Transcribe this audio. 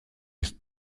ist